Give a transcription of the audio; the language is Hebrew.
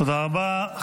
תודה רבה.